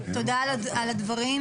תודה על הדברים.